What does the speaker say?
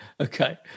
Okay